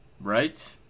right